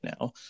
now